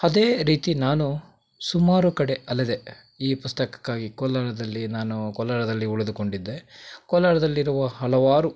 ಅದೇ ರೀತಿ ನಾನು ಸುಮಾರು ಕಡೆ ಅಲೆದೆ ಈ ಪುಸ್ತಕಕ್ಕಾಗಿ ಕೋಲಾರದಲ್ಲಿ ನಾನು ಕೋಲಾರದಲ್ಲಿ ಉಳಿದುಕೊಂಡಿದ್ದೆ ಕೋಲಾರದಲ್ಲಿರುವ ಹಲವಾರು